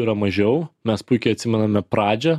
yra mažiau mes puikiai atsimename pradžią